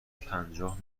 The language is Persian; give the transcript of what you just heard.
پنجاه